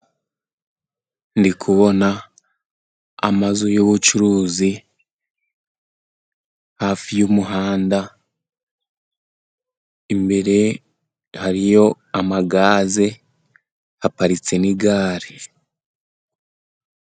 Ndi kubona amazu y'ubucuruzi hafi y'umuhanda, imbere hariyo amagaze, haparitse n'igare.